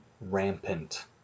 rampant